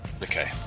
Okay